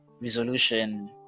resolution